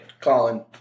Colin